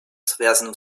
связанным